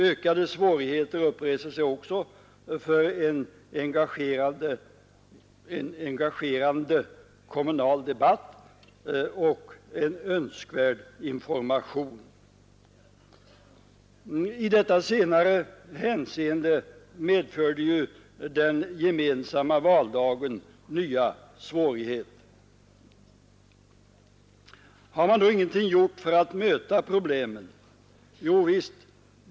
Ökade svårigheter uppreser sig också för en engagerande kommunal debatt och en önskvärd information.” I detta senare hänseende medförde ju den gemensamma valdagen nya svårigheter. Har man då ingenting gjort för att möta problemen? Jo visst.